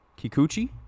Kikuchi